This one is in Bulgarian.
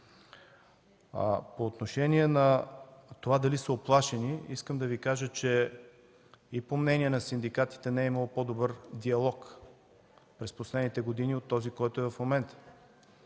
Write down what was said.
По отношение на това дали са уплашени – искам да Ви кажа, че и по мнение на синдикатите не е имало по-добър диалог през последните години от този, който е в момента.